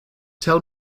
tell